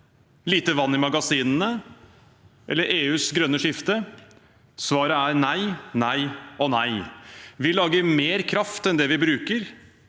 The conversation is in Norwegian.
lite vann i magasinene eller EUs grønne skifte? Svaret er nei, nei og nei. Vi lager mer kraft enn det vi bruker,